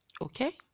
okay